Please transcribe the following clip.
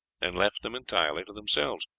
and left them entirely to themselves.